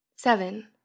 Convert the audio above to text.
Seven